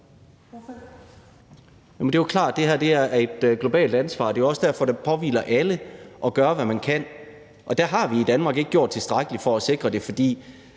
Det er jo klart, at det her er et globalt ansvar. Det er jo også derfor, det påhviler alle at gøre, hvad de kan, og der har vi i Danmark ikke gjort tilstrækkeligt for at sikre det. For